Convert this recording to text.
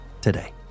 today